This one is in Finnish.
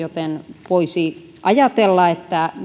joten voisi ajatella että